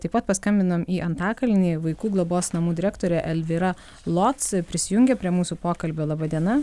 taip pat paskambinom į antakalnio vaikų globos namų direktorė elvyra lotc prisijungė prie mūsų pokalbio laba diena